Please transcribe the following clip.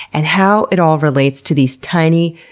and how it all relates to these tiny,